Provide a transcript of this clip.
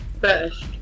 first